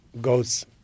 goes